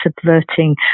subverting